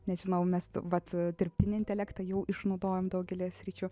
nežinau mes vat dirbtinį intelektą jau išnaudojam daugelyje sričių